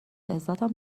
عزتم